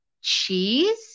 cheese